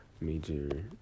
major